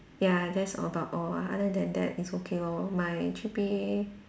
ya that's about all ah other than that is okay lor my G_P_A